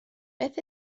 beth